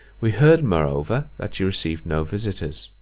we heard, moreover, that you received no visiters.